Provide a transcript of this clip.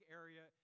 area